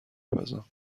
پزم